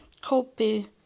copy